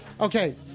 Okay